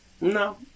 No